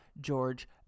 George